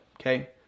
okay